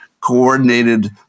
coordinated